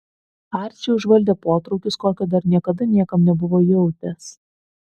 arčį užvaldė potraukis kokio dar niekada niekam nebuvo jautęs